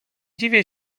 dziwię